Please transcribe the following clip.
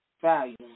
value